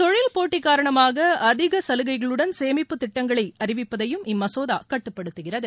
தொழில் போட்டி காரணமாக அதிக சலுகைகளுடன் சேமிப்பு திட்டங்களை அறிவிப்பதையும் இம்மசோதா கட்டுப்படுத்துகிறது